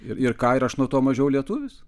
ir ką ir aš nuo to mažiau lietuvis